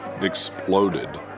exploded